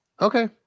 Okay